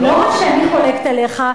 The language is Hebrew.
לא רק שאני חולקת עליך,